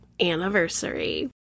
anniversary